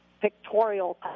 pictorial